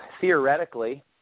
theoretically